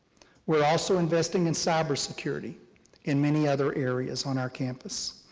we're also investing in cybersecurity in many other areas on our campus.